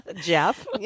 Jeff